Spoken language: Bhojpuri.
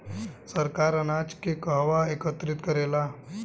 सरकार अनाज के कहवा एकत्रित करेला?